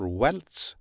wealth's